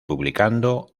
publicando